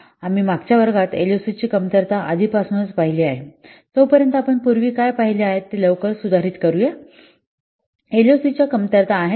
आम्ही मागच्या वर्गात एलओसीची कमतरता आधीपासूनच पाहिली आहे तोपर्यंत आपण पूर्वी काय पाहिले आहे ते लवकर सुधारित करूया एलओसीच्या कमतरता आहेत